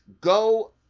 go